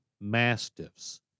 Mastiffs